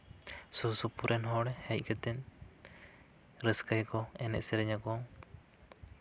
ᱥᱩᱨ ᱥᱩᱯᱩᱨ ᱨᱮᱱ ᱦᱚᱲ ᱦᱮᱡ ᱠᱟᱛᱮ ᱨᱟᱹᱥᱠᱟᱹᱭᱟ ᱠᱚ ᱮᱱᱮᱡᱼᱥᱮᱨᱮᱧ ᱟᱠᱚ